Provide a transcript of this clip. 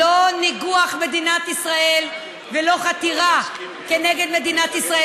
לא ניגוח מדינת ישראל ולא חתירה תחת מדינת ישראל.